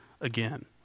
again